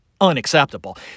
unacceptable